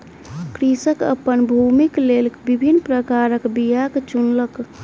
कृषक अपन भूमिक लेल विभिन्न प्रकारक बीयाक चुनलक